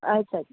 ਅੱਛਾ ਜੀ